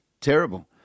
terrible